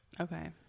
Okay